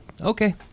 Okay